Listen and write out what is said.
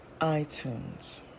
iTunes